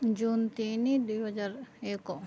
ଜୁନ ତିନି ଦୁଇହଜାର ଏକ